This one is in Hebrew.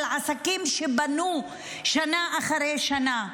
עסקים שהם בנו שנה אחרי שנה.